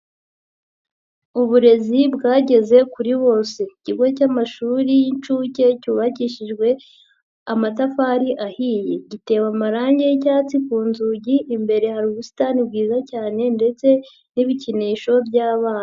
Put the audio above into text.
Uburezi bwageze kuri bose. Ikigo cy'amashuri y'inshuke cyubakishijwe amatafari ahiye. Gitewe amarangi y'icyatsi ku nzugi, imbere hari ubusitani bwiza cyane ndetse n'ibikinisho by'abana.